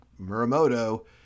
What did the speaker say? Muramoto